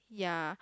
ya